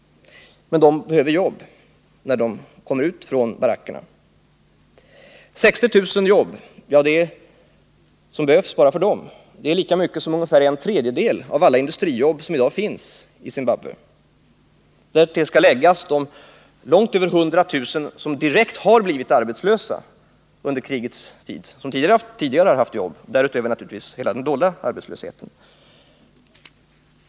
Men de behöver jobb när de kommer ut från barackerna. De 60 000 jobb som behövs bara för dem är ungefär lika mycket som en tredjedel av alla industrijobb som i dag finns i Zimbabwe. Därtill skall läggas de långt över 100 000 människor som direkt har blivit arbetslösa under krigets tid men som tidigare haft jobb, och därtill kommer naturligtvis hela den dolda arbetslösheten.